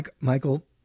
Michael